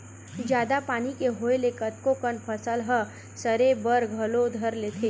जादा पानी के होय ले कतको कन फसल ह सरे बर घलो धर लेथे